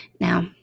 Now